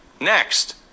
Next